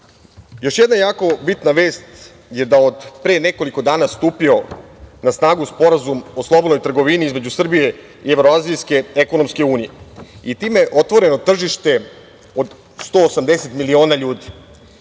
jedna jako bitna vest je da je od pre nekoliko dana stupio na snagu Sporazum o slobodnoj trgovini između Srbije i Evroazijske ekonomske unije. Time je otvoreno tržište od 180 miliona ljudi,